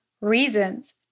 reasons